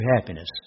happiness